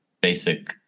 basic